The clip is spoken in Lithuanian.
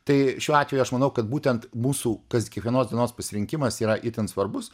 tai šiuo atveju aš manau kad būtent mūsų kasd kiekvienos dienos pasirinkimas yra itin svarbus